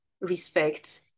respect